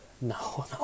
No